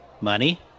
Money